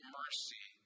mercy